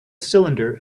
cylinder